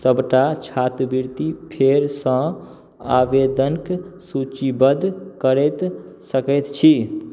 सबटा छात्रवृति फेर सँ आवेदनके सूचीबद्ध करैत सकैत छी